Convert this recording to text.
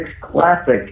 classic